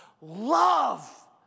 love